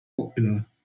popular